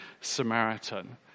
Samaritan